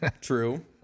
True